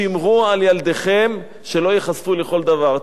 שמרו על ילדיכם שלא ייחשפו לכל דבר,